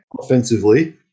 offensively